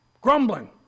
grumbling